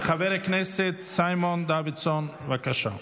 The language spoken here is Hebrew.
חבר הכנסת סימון דוידסון, בבקשה.